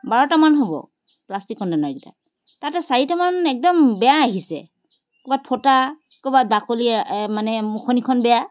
বাৰটামান হ'ব প্লাষ্টিক কণ্টে'নাৰকেইটা তাতে চাৰিটামান একদম বেয়া আহিছে ক'ৰবাত ফটা ক'ৰবাত বাকলি এ মানে মুখনিখন বেয়া